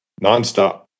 nonstop